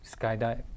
skydive